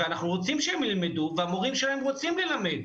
אנחנו רוצים שהם ילמדו, והמורים שלהם רוצים ללמד,